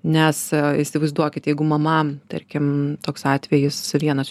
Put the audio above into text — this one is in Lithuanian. nes įsivaizduokit jeigu mama tarkim toks atvejis vienas